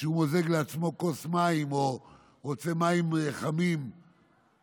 כשהוא מוזג לעצמו כוס מים או רוצה מים חמים לצורך